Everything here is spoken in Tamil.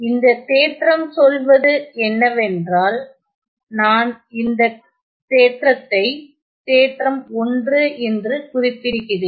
இந்த தேற்றம் சொல்வது என்னவென்றால் நான் இந்த தேற்றத்தை தேற்றம் 1 என்று குறிப்பிடுகிறேன்